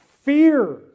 Fear